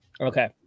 Okay